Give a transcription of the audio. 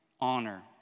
honor